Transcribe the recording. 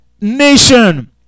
Nation